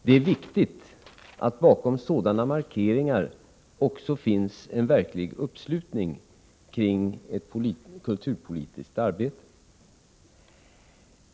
Det är viktigt att det bakom sådana markeringar finns en verklig uppslutning kring ett kulturpolitiskt arbete.